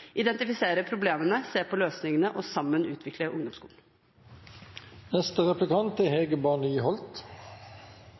identifisere problemene, se på løsningene og sammen utvikle ungdomsskolen. Jeg har allerede i dag avslørt at jeg er